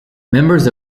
members